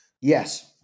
Yes